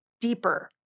deeper